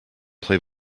play